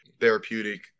therapeutic